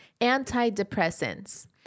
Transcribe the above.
Antidepressants